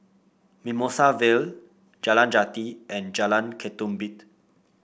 Mimosa Vale Jalan Jati and Jalan Ketumbit